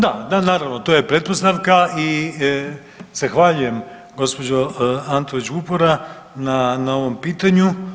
Da naravno, to je pretpostavka i zahvaljujem gospođo Antolić Vupora na ovom pitanju.